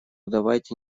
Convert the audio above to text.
давайте